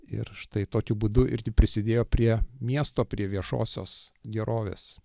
ir štai tokiu būdu irgi prisidėjo prie miesto prie viešosios gerovės